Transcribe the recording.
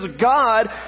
God